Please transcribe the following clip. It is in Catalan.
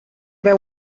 beu